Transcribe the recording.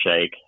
shake